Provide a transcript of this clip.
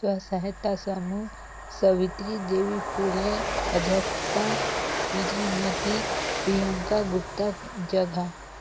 स्व सहायता समूह सवित्री देवी फूले अध्यक्छता सिरीमती प्रियंका गुप्ता जघा